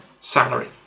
salary